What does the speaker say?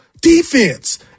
defense